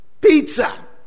pizza